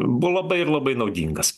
buvo labai ir labai naudingas